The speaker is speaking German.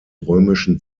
römischen